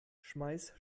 schmeiß